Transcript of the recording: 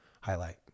highlight